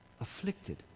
Afflicted